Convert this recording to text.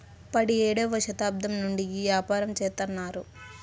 పడియేడవ శతాబ్దం నుండి ఈ యాపారం చెత్తన్నారు